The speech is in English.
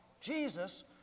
Jesus